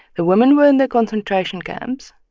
the women were in the concentration camps,